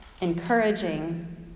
encouraging